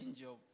job